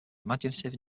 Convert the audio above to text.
imaginative